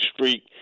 streak